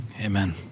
Amen